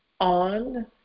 On